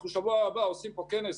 בשבוע הבא אנחנו עושים פה כנס